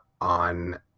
on